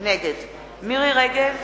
נגד מירי רגב,